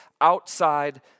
outside